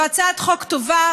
זו הצעת חוק טובה.